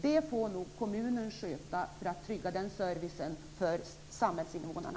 Det får nog kommunen sköta för att trygga servicen för samhällsinvånarna.